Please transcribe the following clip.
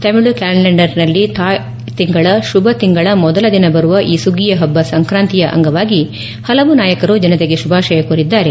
Tamil calendar ನಲ್ಲಿ ಥಾಯ್ ತಿಂಗಳ ಶುಭ ತಿಂಗಳ ಮೊದಲ ದಿನ ಬರುವ ಈ ಸುಗ್ಗಿಯ ಪಬ್ಬ ಸಂಕ್ರಾಂತಿಯ ಅಂಗವಾಗಿ ಪಲವು ನಾಯಕರು ಜನತೆಗೆ ಶುಭಾಶಯ ಕೋರಿದ್ದಾರೆ